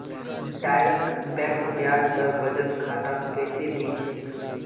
direct bank ब्याज दर बचत खातात बेसी दी छेक